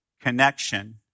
connection